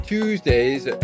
Tuesdays